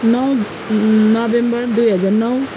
नौ नोभेम्बर दुई हजार नौ